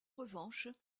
revanche